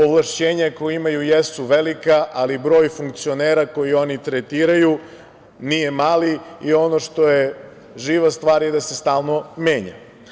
Ovlašćenja koja imaju jesu velika, ali broj funkcionera koji oni tretiraju nije mali i ono što je živa stvar je da se stalno menja.